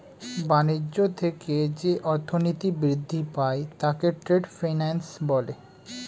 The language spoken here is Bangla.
বাণিজ্য থেকে যে অর্থনীতি বৃদ্ধি পায় তাকে ট্রেড ফিন্যান্স বলে